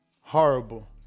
horrible